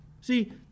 See